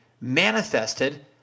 manifested